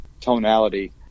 tonality